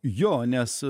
jo nes